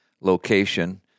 location